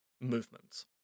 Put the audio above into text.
movements